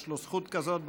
יש לו זכות כזאת.